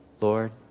Lord